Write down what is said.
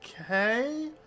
Okay